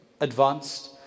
advanced